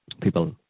People